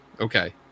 Okay